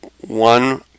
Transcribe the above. one